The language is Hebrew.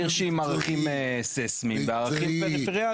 היא עיר שעם ערכים סיסמיים וערכים פריפריאליים.